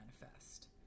manifest